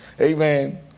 Amen